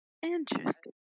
Interesting